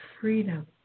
freedom